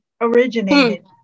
originated